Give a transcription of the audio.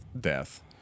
death